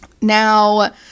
Now